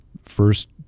first